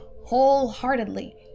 wholeheartedly